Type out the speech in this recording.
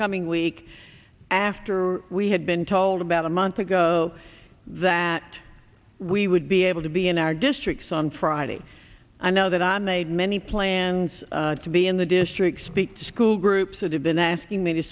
coming week after we had been told about a month ago that we would be able to be in our districts on friday i know that i made many plans to be in the district speak to school groups that have been asking me to